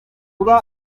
kuba